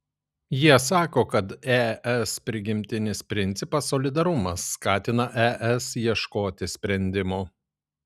jie sako kad es prigimtinis principas solidarumas skatina es ieškoti sprendimų